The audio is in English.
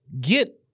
get